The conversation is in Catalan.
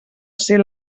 ser